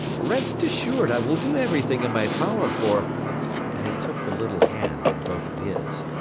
rest assured i will do everything in my power for and he took the little hand in both of his,